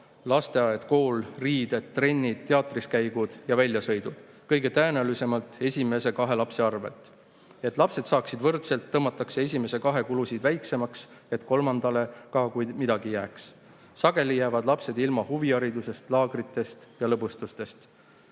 lasteaed/kool, riided, trennid, teatriskäigud ja väljasõidud? Kõige tõenäolisemalt esimese kahe lapse arvelt ... Et lapsed saaksid võrdselt, tõmmatakse esimese kahe kulusid väiksemaks, et kolmandale ka midagi jääks. Sageli jäävad lapsed ilma huviharidusest, laagritest ja lõbustustest."